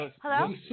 hello